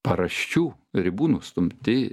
paraščių ribų nustumti